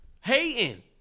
Hating